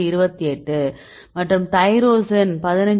28 மற்றும் தைரோசின் 15